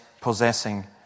possessing